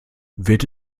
wird